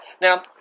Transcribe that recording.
Now